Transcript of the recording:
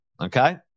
okay